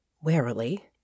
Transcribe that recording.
warily